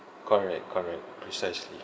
correct correct precisely